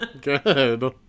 Good